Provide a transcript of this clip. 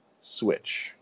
Switch